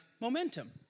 momentum